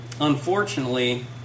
unfortunately